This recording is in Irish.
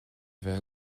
bheith